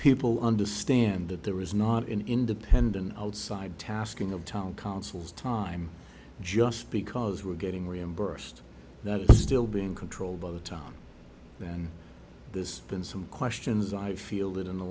people understand that there is not an independent outside tasking of town councils time just because we're getting reimbursed that it's still being controlled by the town and there's been some questions i feel that in the